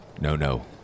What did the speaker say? No-No